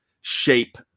shape